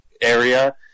area